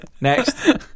Next